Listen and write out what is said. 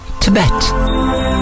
Tibet